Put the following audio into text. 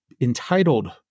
entitled